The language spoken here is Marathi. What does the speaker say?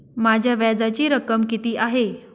माझ्या व्याजाची रक्कम किती आहे?